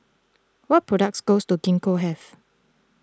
what products goes to Gingko have